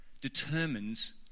determines